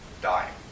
dying